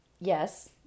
Yes